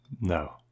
No